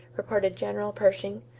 reported general pershing,